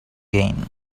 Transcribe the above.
gain